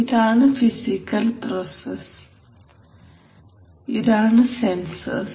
ഇതാണ് physical process ഇതാണ് sensors